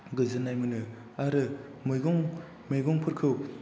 गोजोननाय मोनो आरो मैगंफोरखौ